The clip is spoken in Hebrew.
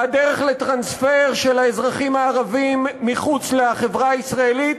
והדרך לטרנספר של האזרחים הערבים מחוץ לחברה הישראלית